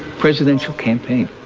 presidential campaign,